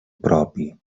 propi